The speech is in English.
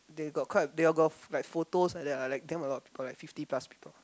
they got quite a they've got like photos like that ah like damn a lot of people like fifty plus people